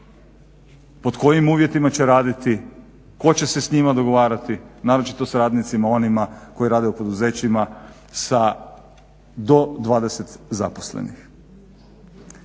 pod kojim uvjetima će raditi, tko će se s njima dogovarati, naročito s radnicima onima koji rade u poduzećima sa do 20 zaposlenih.